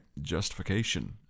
justification